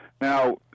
now